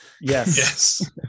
yes